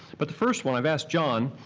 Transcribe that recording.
but the first one, i've asked john,